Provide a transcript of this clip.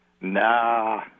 Nah